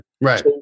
right